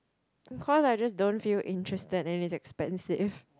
cause I just don't feel interested and it's expensive